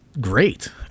great